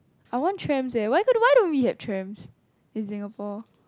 I want trams eh why can't why don't we have trams in Singapore